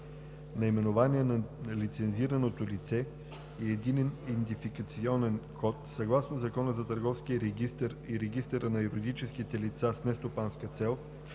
наименование на лицензираното лице и единен идентификационен код съгласно Закона за търговския регистър и регистъра на юридическите лица с нестопанска цел,